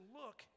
look